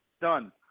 Done